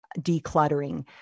decluttering